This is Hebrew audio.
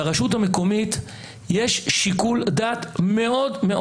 לרשותה מקומית יש שיקול דעת מאוד מאוד